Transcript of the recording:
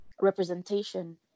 representation